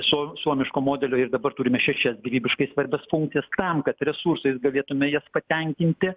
suo suomiško modelio ir dabar turime šešias gyvybiškai svarbias funkcijas tam kad resursais galėtume jas patenkinti